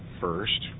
first